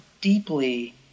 deeply